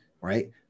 right